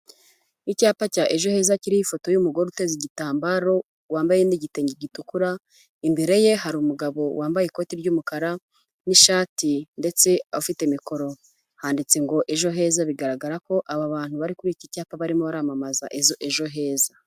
Icyapa cya Ejo heza kiriho ifoto y'umugore uteze igitambaro wambaye n'igitenge gitukura, imbere ye hari umugabo wambaye ikoti ry'umukara n'ishati ndetse ufite mikoro handitse ngo Ejo heza, bigaragara ko aba bantu bari kuri iki cyapa barimo baramamazazo Ejo heza.